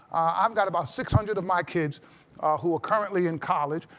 um got about six hundred of my kids who are currently in college,